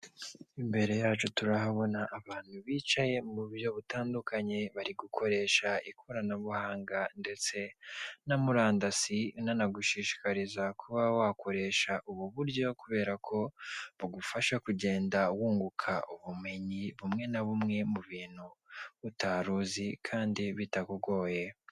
Imbere yacu turahabona abantu bicaye mu buryo butandukanye bari gukoresha ikoranabuhanga ndetse na murandasi, nanagushishikariza kuba wakoresha ubu buryo kubera ko bugufasha kugenda wunguka ubumenyi bumwe na bumwe mu bintu utaruzi kandi bitakugoye.